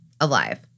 alive